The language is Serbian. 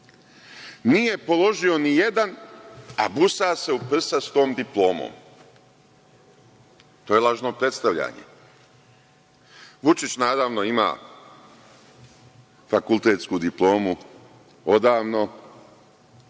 Nije položio nijedan, a busa se u prsa sa tom diplomom. To je lažno predstavljanje. Vučić, naravno, ima fakultetsku diplomu odavno,